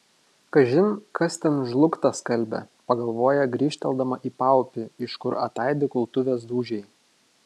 kažin kas ten žlugtą skalbia pagalvoja grįžteldama į paupį iš kur ataidi kultuvės dūžiai